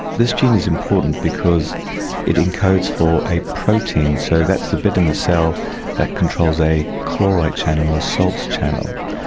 this gene is important because it encodes for a protein, so that's the bit in the cell that controls a chloride channel or a salt channel.